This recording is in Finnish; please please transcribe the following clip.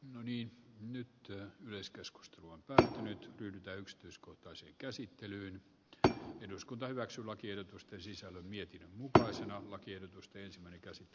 no niin nyt työ myös keskusteluun pätee nyt ryhdytä yksityiskohtaiseen käsittelyyn mutta eduskunta hyväksyy lakiehdotusten sisällön vietin mukaisen muutoksen aikaiseksi